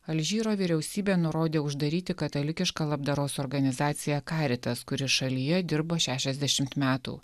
alžyro vyriausybė nurodė uždaryti katalikišką labdaros organizaciją caritas kuri šalyje dirba šešiasdešimt metų